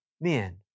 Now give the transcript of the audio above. men